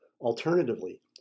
Alternatively